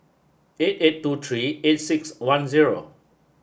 eight eight two three eight six one zero